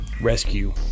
rescue